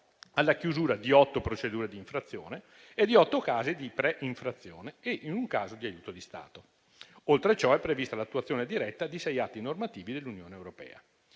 alla chiusura di otto procedure di infrazione, di otto casi di pre-infrazione e di un caso di aiuto di Stato. Oltre a ciò, è prevista l'attuazione diretta di sei atti normativi dell'Unione europea.